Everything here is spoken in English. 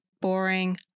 boring